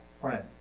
friends